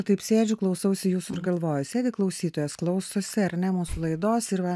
taip sėdžiu klausausi jūsų ir galvoju sėdi klausytojas klausosi ar ne mūsų laidos ir va